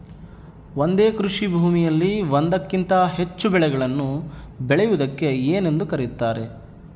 ಒಂದೇ ಕೃಷಿಭೂಮಿಯಲ್ಲಿ ಒಂದಕ್ಕಿಂತ ಹೆಚ್ಚು ಬೆಳೆಗಳನ್ನು ಬೆಳೆಯುವುದಕ್ಕೆ ಏನೆಂದು ಕರೆಯುತ್ತಾರೆ?